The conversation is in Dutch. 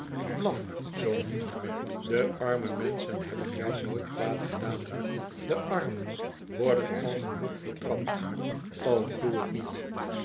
zoo niet de arme menschen hebben jou nooit kwaad gedaan de armen worden al genoeg vertrapt o doe t niet